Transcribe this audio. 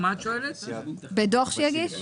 בדוח שיגיש?